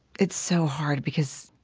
it's so hard because,